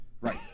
Right